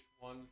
one